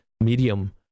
medium